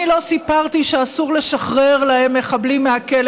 אני לא סיפרתי שאסור לשחרר להם מחבלים מהכלא